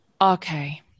Okay